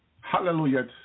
hallelujah